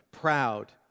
proud